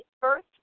first